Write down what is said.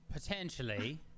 potentially